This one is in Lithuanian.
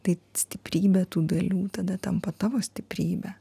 tai stiprybė tų dalių tada tampa tavo stiprybe